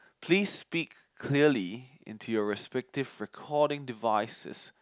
please speak clearly into your respective recording devices